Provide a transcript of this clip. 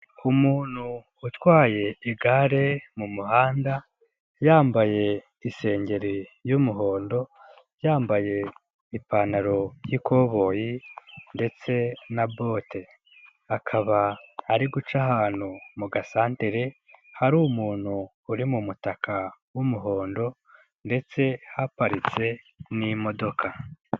Umuntu utwaye igare mu muhanda yambaye isengeri y'umuhondo, yambaye ipantaro yi'koboyi ndetse na bote, akaba ari guca ahantu mu gasantere hari umuntu uri mu mutaka w'umuhondo ndetse haparitse n'imodoka.